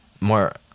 more